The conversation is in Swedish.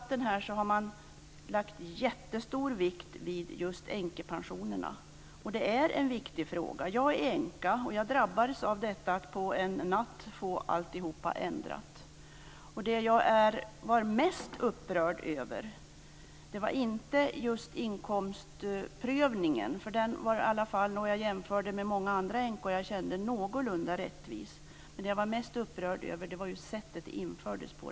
Man har i debatten här lagt jättestor vikt vid änkepensionerna, och det är en viktig fråga. Jag är änka, och jag drabbades av att allting ändrades över en natt. Det som jag var mest upprörd över var inte inkomstprövningen - den var ändå någorlunda rättvis i jämförelse med utfallet för många andra änkor som jag kände - utan sättet som det infördes på.